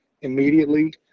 immediately